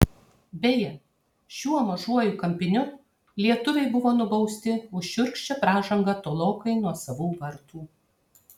beje šiuo mažuoju kampiniu lietuviai buvo nubausti už šiurkščią pražangą tolokai nuo savų vartų